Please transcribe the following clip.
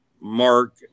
Mark